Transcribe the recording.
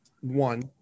One